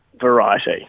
variety